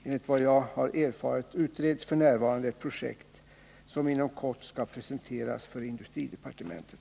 Enligt vad jag har erfarit utreds f. n. ett projekt som inom kort skall presenteras för industridepartementet.